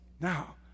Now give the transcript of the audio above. now